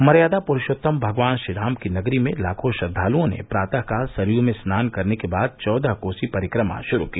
मर्यादा पुरुषोत्तम भगवान श्रीराम की नगरी में लाखों श्रद्वालुओं ने प्रातः काल सरयू में स्नान करने के बाद चौदह कोसी परिक्रमा शुरू की